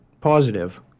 positive